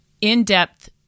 in-depth